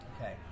Okay